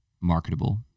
marketable